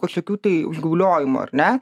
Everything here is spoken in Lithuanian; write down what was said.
kažkokių tai užgauliojimų ar ne